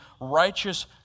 righteous